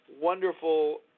wonderful